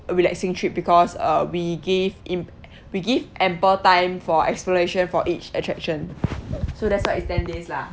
relaxing trip because uh we gave imp~ we give ample time for explanation for each attraction so that's why it's ten days lah